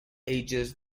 ages